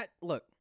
Look